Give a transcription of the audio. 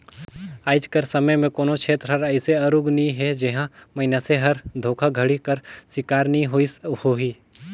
आएज कर समे में कोनो छेत्र हर अइसे आरूग नी हे जिहां मइनसे हर धोखाघड़ी कर सिकार नी होइस होही